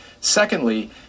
Secondly